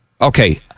Okay